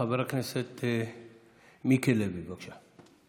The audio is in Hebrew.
חבר הכנסת מיקי לוי, בבקשה.